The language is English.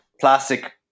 plastic